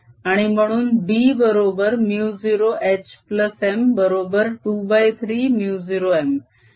आणि म्हणून B बरोबर μ0HM बरोबर 23 μ0M